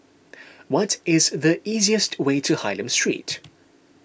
what is the easiest way to Hylam Street